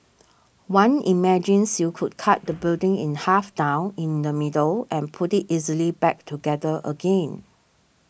one imagines you could cut the building in half down in the middle and put it easily back together again